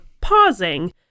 pausing